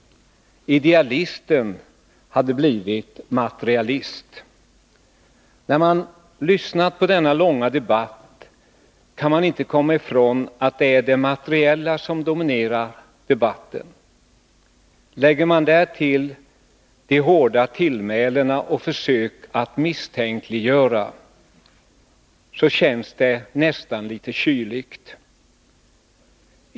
— Idealisten hade blivit materialist. När man lyssnat på denna långa debatt kan man inte komma ifrån att det är det materiella som dominerar debatten. Lägger man därtill de hårda tillmälena och försöken att misstänkliggöra, så känns det nästan litet kyligt.